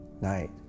night